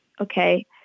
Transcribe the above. okay